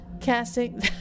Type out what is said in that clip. Casting